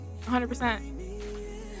100%